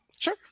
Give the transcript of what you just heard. Sure